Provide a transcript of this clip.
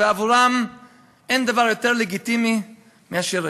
ועבורם אין דבר יותר לגיטימי מאשר רצח.